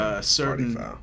certain